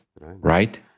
right